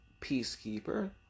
peacekeeper